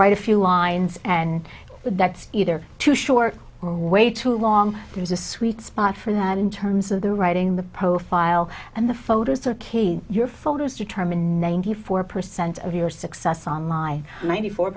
write a few lines and that's either too short or way too long there's a sweet spot for that in terms of the writing the profile and the photos of kids your photos determined ninety four percent of your success on my ninety four